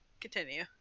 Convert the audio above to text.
Continue